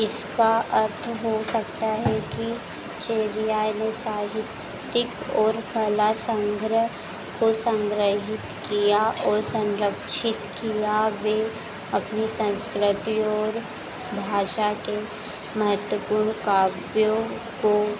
इसका अर्थ हो सकता है कि छेरियाय में साहित्यिक और कला संग्रह को संगृहीत किया और संरक्षित किया वह अपनी संस्कृत और भाषा के महत्वपूर्ण काव्यों को